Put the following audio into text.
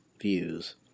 views